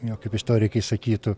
jog kaip istorikai sakytų